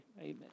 Amen